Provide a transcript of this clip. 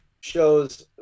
shows